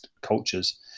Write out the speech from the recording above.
cultures